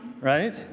right